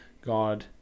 God